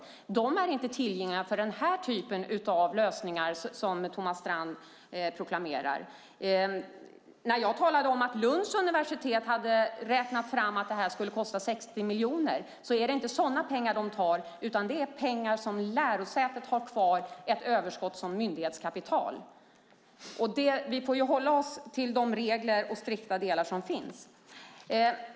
Dessa medel är inte tillgängliga för den typ av lösningar som Thomas Strand proklamerar. När jag talade om att Lunds universitet hade räknat fram att det här skulle kosta 60 miljoner är det inte sådana pengar de tar, utan det är pengar som lärosätet har kvar, ett överskott som myndighetskapital. Vi får hålla oss till de regler och strikta delar som finns.